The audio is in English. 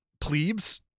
plebes